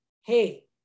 Hey